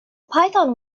python